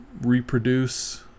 reproduce